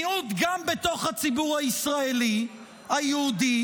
מיעוט גם בתוך הציבור הישראלי היהודי,